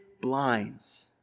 blinds